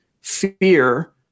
fear